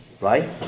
Right